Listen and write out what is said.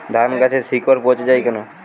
ধানগাছের শিকড় পচে য়ায় কেন?